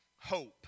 hope